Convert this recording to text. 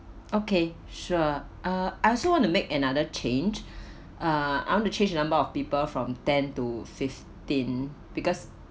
okay sure uh I also want to make another change uh I want to change the number of people from ten to fifteen because